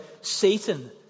Satan